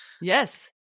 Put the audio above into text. Yes